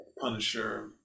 Punisher